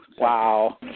wow